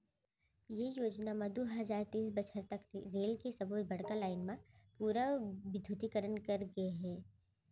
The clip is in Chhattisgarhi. ये योजना म दू हजार तेइस बछर तक रेल के सब्बो बड़का लाईन म पूरा बिद्युतीकरन करे गय हे